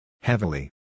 Heavily